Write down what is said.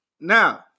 now